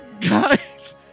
Guys